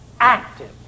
active